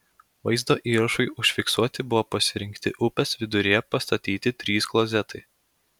vaizdo įrašui užfiksuoti buvo pasirinkti upės viduryje pastatyti trys klozetai